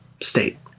state